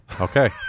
Okay